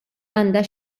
għandha